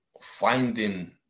finding